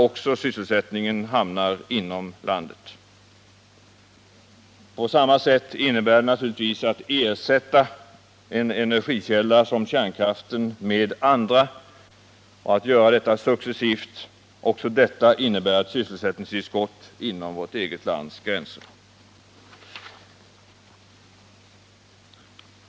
Också detta att ersätta en energikälla som kärnkraft med andra energikällor och att göra det successivt innebär ett sysselsättningstillskott inom vårt eget lands gränser.